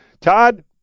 Todd